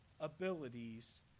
abilities